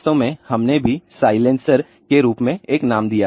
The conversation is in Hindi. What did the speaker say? वास्तव में हमने भी साइलेंसर के रूप में एक नाम दिया